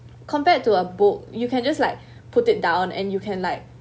compared to a book you can just like put it down and you can like